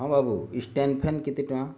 ହଁ ବାବୁ stand fan କେତେ ଟଙ୍କା